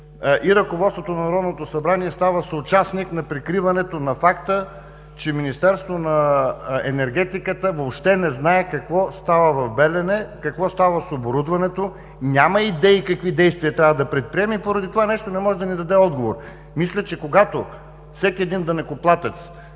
и ръководството на Народното събрание става съучастник в прикриването на факта, че Министерството на енергетиката въобще не знае какво става в Белене, какво става с оборудването, няма идеи какви действия трябва да предприеме и поради това нещо не може да ни даде отговор. Когато един данъкоплатец